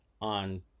on